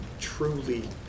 truly